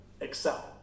excel